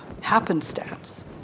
happenstance